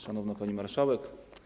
Szanowna Pani Marszałek!